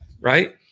right